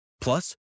Plus